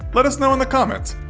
let us know in the comments!